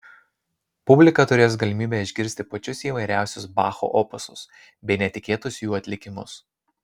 publika turės galimybę išgirsti pačius įvairiausius bacho opusus bei netikėtus jų atlikimus